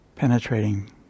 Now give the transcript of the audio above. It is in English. penetrating